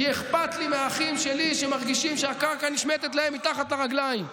כי אכפת לי מהאחים שלי שמרגישים שהקרקע נשמטת להם מתחת לרגליים.